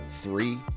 three